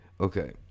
Okay